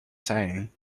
saying